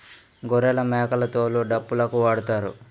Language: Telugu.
గొర్రెలమేకల తోలు డప్పులుకు వాడుతారు